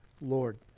Lord